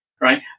Right